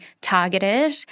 targeted